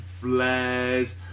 flares